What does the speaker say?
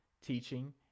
teaching